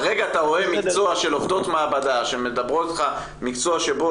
כרגע אתה רואה מקצוע של עובדות מעבדה שמדברות איתך על מקצוע שבו